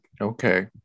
okay